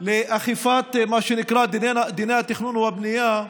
לאכיפת מה שנקרא "דיני התכנון והבנייה"